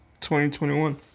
2021